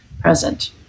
present